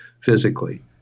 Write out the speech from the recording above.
physically